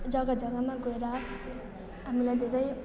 जग्गा जग्गामा गएर हामीलाई धेरै